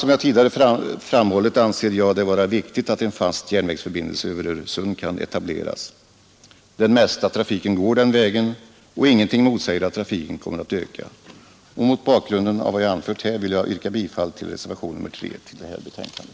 Som jag tidigare framhållit anser jag det vara viktigt att fast järnvägsförbindelse över Öresund kan etableras. Den mesta trafiken går den vägen, och ingenting motsäger att trafiken kommer att öka. Mot bakgrund av vad jag här anfört vill jag yrka bifall till reservationen 3 i detta betänkande.